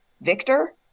Victor